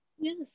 Yes